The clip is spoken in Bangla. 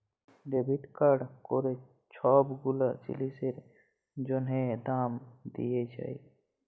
ডেবিট কাড়ে ক্যইরে ছব গুলা জিলিসের জ্যনহে দাম দিয়া যায়